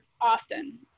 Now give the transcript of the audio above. often